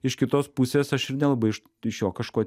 iš kitos pusės aš ir nelabai iš iš jo kažko